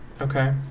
Okay